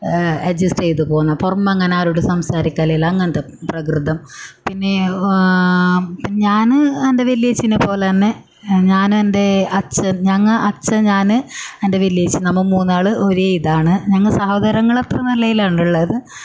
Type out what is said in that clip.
adjust ചെയ്ത് പോകുന്ന പുറമെ അങ്ങനെ ആരോടും സംസാരിക്കലില്ല അങ്ങനത്തെ പ്രകൃതം പിന്നെ ഞാൻ എൻ്റ വലിയ ചേച്ചീനെ പോലെ തന്നെ ഞാനും എൻ്റെ അച്ഛൻ ഞങ്ങൾ അച്ഛൻ ഞാൻ എൻ്റെ വലിയ ചേച്ചി നമ്മൾ മൂന്നാളും ഒരേ ഇതാണ് ഞങ്ങൾ സഹോദരങ്ങളത്ര നിലയിലാണുള്ളത്